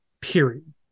period